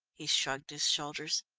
he shrugged his shoulders.